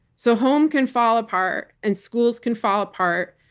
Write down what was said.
so home can fall apart and schools can fall apart,